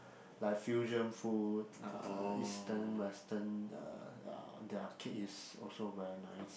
like fusion food uh Eastern Western uh ya their cake is also very nice